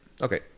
Okay